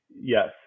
Yes